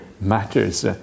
matters